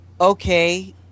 okay